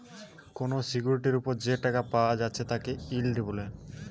কোনো সিকিউরিটির উপর যে টাকা পায়া যাচ্ছে তাকে ইল্ড বলে